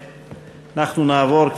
אנחנו נעבור,